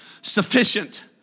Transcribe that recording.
sufficient